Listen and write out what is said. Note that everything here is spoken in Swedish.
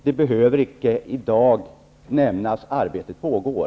Det behöver inte nämnas i dag. Arbete pågår.